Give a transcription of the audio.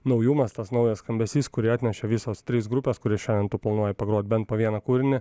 naujumas tas naujas skambesys kurį atnešė visos trys grupės kurias šiandien tu planuoji pagrot bent po vieną kūrinį